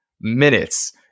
minutes